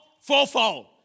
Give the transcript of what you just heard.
fourfold